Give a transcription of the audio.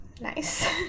nice